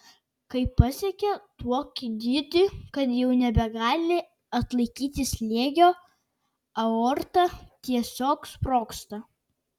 kai pasiekia tokį dydį kad jau nebegali atlaikyti slėgio aorta tiesiog sprogsta